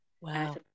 Wow